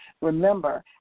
remember